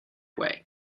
way